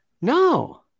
No